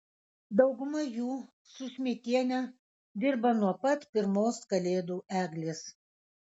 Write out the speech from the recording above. dauguma jų su šmidtiene dirba nuo pat pirmos kalėdų eglės